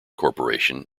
corporation